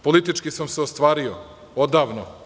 Politički sam se ostvario odavno.